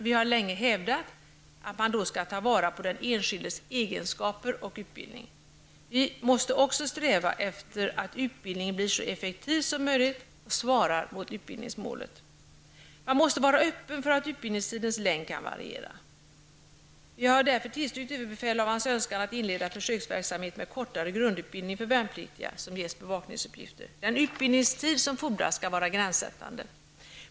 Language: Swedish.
Vi har länge hävdat att man då skall ta vara på den enskildes egenskaper och utbildning. Vi måste också sträva efter att utbildningen blir så effektiv som möjligt och att den svarar mot utbildningsmålet. Man måste vara öppen för att utbildningstidens längd kan variera. Vi har därför tillstyrkt överbefälhavarens önskan att inleda försöksverksamhet med kortare grundutbildning för värnpliktiga som ges bevakningsuppgifter. Den utbildningstid som erfordras skall vara gränssättande.